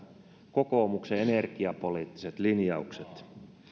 kokoomuksen energiapoliittiset linjaukset